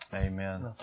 Amen